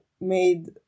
made